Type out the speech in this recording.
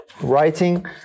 writing